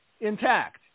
intact